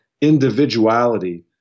individuality